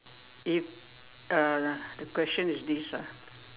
if uh the question is this ah